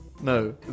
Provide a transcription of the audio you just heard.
No